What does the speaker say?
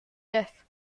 death